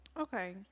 Okay